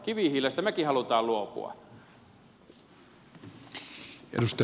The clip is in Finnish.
kivihiilestä mekin haluamme luopua